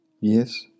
Yes